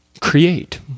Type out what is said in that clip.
create